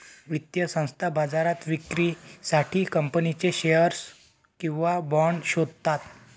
वित्तीय संस्था बाजारात विक्रीसाठी कंपनीचे शेअर्स किंवा बाँड शोधतात